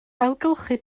ailgylchu